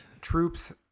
troops